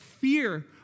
fear